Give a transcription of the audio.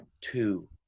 two